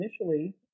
initially